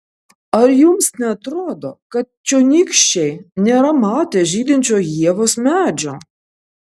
ar jums neatrodo kad čionykščiai nėra matę žydinčio ievos medžio